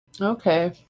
Okay